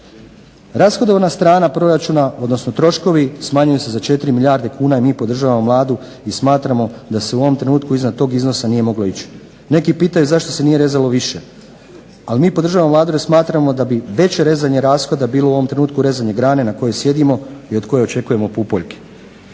Rashodovna strana proračuna odnosno troškovi smanjuju se za 4 milijarde kuna i mi podržavamo Vladu i smatramo da se u ovom trenutku iznad tog iznosa nije moglo ići. Neki pitaju zašto se nije rezalo više. Ali mi podržavamo Vladu jer smatramo da bi veće rezanje rashoda bilo u ovom trenutku rezanje grane na kojoj sjedimo i od koje očekujemo pupoljke.